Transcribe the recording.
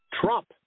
Trump